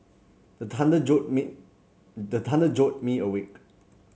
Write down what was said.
the thunder jolt me the thunder jolt me awake